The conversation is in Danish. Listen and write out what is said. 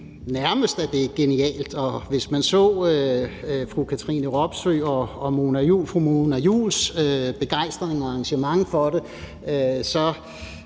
nærmest er genialt. Og hvis man så fru Katrine Robsøes og fru Mona Juuls begejstring og engagement i forhold